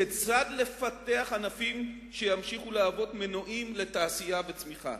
כיצד לפתח ענפים שימשיכו להוות מנועים לתעשייה וצמיחה?